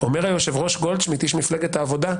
אומר היושב-ראש גולדשמידט, איש מפלגת העבודה: